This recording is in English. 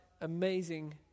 amazing